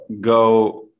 go